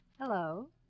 Hello